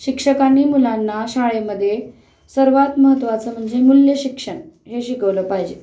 शिक्षकांनी मुलांना शाळेमध्ये सर्वात महत्त्वाचं म्हणजे मूल्य शिक्षण हे शिकवलं पाहिजे